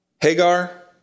Hagar